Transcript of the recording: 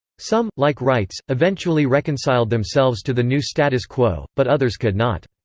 some, like reitz, eventually reconciled themselves to the new status quo, but others could not.